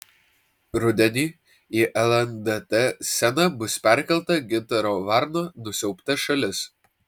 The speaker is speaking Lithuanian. rudenį į lndt sceną bus perkelta gintaro varno nusiaubta šalis